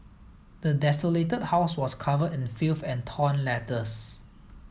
the desolated house was covered in a filth and torn letters